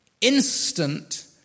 Instant